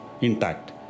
intact